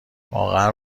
واقعا